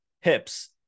hips